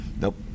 Nope